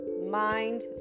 mind